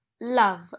Love